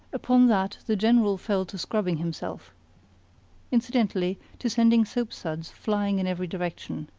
upon that the general fell to scrubbing himself incidentally, to sending soapsuds flying in every direction.